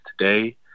today